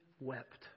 Wept